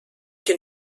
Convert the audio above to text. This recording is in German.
den